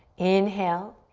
inhale.